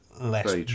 less